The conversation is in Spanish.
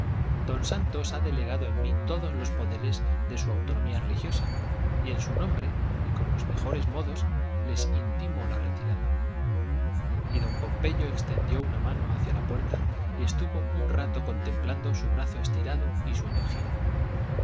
don santos ha delegado en mí todos los poderes de su autonomía religiosa y en su nombre y con los mejores modos les intimo la retirada y don pompeyo extendió una mano hacia la puerta y estuvo un rato contemplando su brazo estirado y su energía